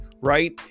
right